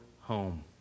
home